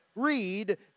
read